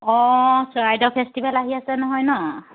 অঁ চৰাইদেউ ফেষ্টিভেল আহি আছে নহয় ন